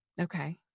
okay